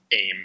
aim